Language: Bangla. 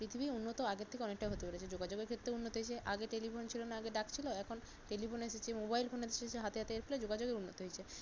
পৃথিবী উন্নত আগের থেকে অনেকটাই হতে পেরেছে যোগাযোগের ক্ষেত্রেও উন্নতি হয়েছে আগে টেলিফোন ছিলো না আগে ডাক ছিলো এখন টেলিফোন এসেছে মোবাইল ফোন এসেছে হাতে হাতে এর ফলে যোগাযোগের উন্নতি হয়েছে